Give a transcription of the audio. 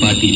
Patil